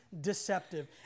deceptive